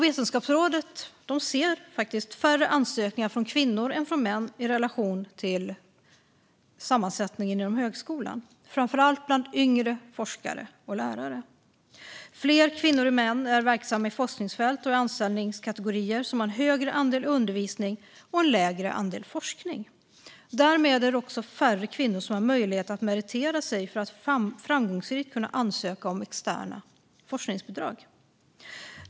Vetenskapsrådet ser faktiskt färre ansökningar från kvinnor än från män i relation till sammansättningen inom högskolan, framför allt bland yngre forskare och lärare. Fler kvinnor än män är verksamma i forskningsfält och i anställningskategorier som har en större andel undervisning och en mindre andel forskning. Därmed är det färre kvinnor som har möjlighet att meritera sig för att framgångsrikt kunna ansöka om externa forskningsbidrag.